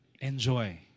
Enjoy